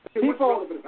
People